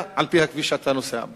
על-פי הכביש שאתה נוסע בו.